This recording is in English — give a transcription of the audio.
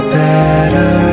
better